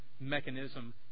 mechanism